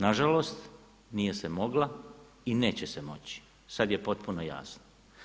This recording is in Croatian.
Nažalost, nije se mogla i neće se moći, sada je potpuno jasno.